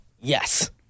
Yes